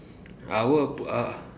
I will put uh